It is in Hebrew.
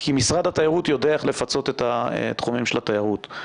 כי משרד התיירות יודע איך לפצות את התחומים של התיירות,